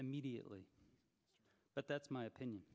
immediately but that's my opinion